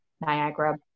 Niagara